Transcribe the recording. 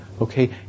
Okay